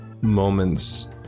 moments